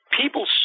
people